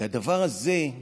והדבר הזה,